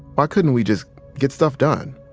why couldn't we just get stuff done?